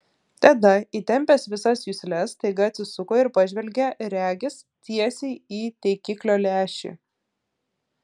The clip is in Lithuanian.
tada įtempęs visas jusles staiga atsisuko ir pažvelgė regis tiesiai į taikiklio lęšį